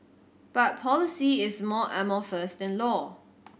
but policy is more amorphous than law